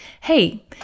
Hey